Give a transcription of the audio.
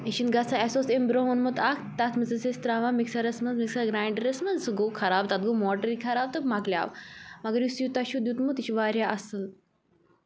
یہِ چھُنہٕ گژھان اَسہِ اوس اَمہِ برٛونٛہہ اوٚنمُت اکھ تَتھ منٛز ٲسۍ أسۍ ترٛاوان مِکسرس منٛز مِکسر گرٛانٛڈرس منٛز سُہ گوٚو خراب تتھ گوٚو موٹرٕے خراب تہٕ مۄکلیٛاو مگر یُس یہِ تۅہہِ چھُ دیُتمُت یہِ چھُ واریاہ اَصٕل